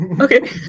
Okay